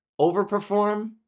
overperform